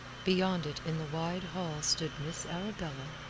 beyond it in the wide hall stood miss arabella,